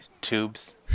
tubes